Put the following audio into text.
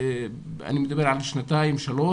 אני מדבר על גיל שנתיים-שלוש